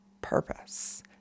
purpose